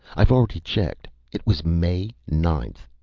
i've already checked. it was may ninth.